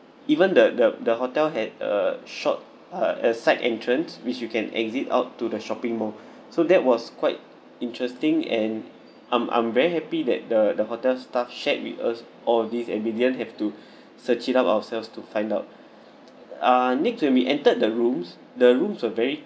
even the the the hotel had a short uh a side entrance which you can exit out to the shopping mall so that was quite interesting and I'm I'm very happy that the the hotel's staff shared with us or this obedient have to search it up ourselves to find out uh need to be entered the rooms the rooms are very